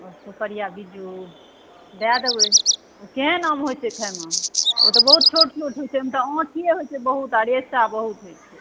सुपड़िया बिज़्जू दए देबै केहन आम होइत छै खाइमे ओ तऽ छोट होइत छै ओहिमे तऽ आँठीए होइत छै बहुत आ रेशा बहुत होइत छै